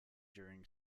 during